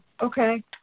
Okay